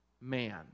man